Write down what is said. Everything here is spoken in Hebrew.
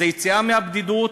זאת יציאה מהבדידות,